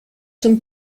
zum